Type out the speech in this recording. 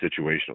situational